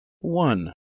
one